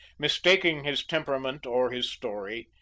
mistaking his temperament or his story,